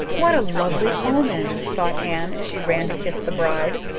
what a lovely omen, thought anne, as she ran to kiss the bride.